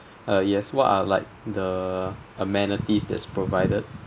uh yes what are like the amenities that's provided